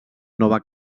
nova